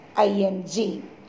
ing